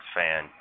fan